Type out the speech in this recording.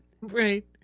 Right